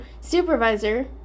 supervisor